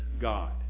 God